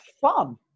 fun